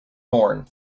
horn